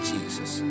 Jesus